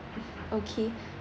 mmhmm okay